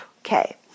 okay